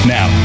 Now